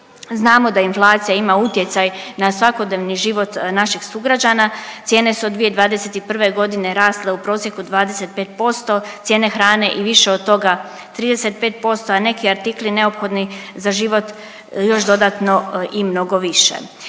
Znamo da inflacija ima utjecaj na svakodnevni život naših sugrađana. Cijene su od 2021. godine rasle u prosjeku 25%. Cijene hrane i više od toga 35%, a neki artikli neophodni za život još dodatno i mnogo više.